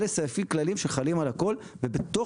אלה סעיפים כלליים שחלים על הכול ובתוך